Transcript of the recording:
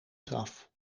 graf